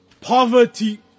poverty